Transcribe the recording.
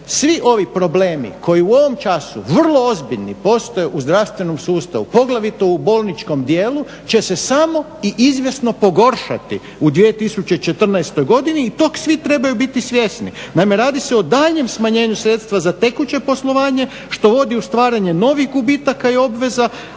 svi ovi problemi koji u ovom času, vrlo ozbiljni postoje u zdravstvenom sustavu, poglavito u bolničkom djelu će se samo i izvjesno pogoršati u 2014. godini i toga svi trebaju biti svjesni. Naime radi se o daljnjem smanjenju sredstva za tekuće poslovanje, to uvodi u stvaranje novih gubitaka i obveza,